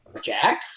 Jack